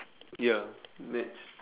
ya maths